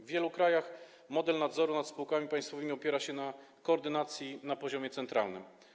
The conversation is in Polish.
W wielu krajach model nadzoru nad spółkami państwowymi opiera się na koordynacji na poziomie centralnym.